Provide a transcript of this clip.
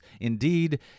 Indeed